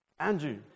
Andrew